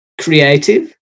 Creative